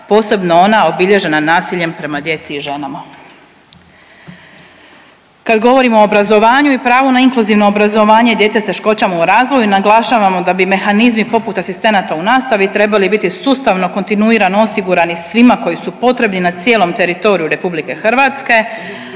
posebno ona obilježena nasiljem prema djeci i ženama. Kad govorimo o obrazovanju i pravu na inkluzivno obrazovanje djece s teškoćama u razvoju naglašavamo da bi mehanizmi poput asistenata u nastavi trebali biti sustavno kontinuirano osigurani svima koji su potrebni na cijelom teritoriju RH, a ne ovisni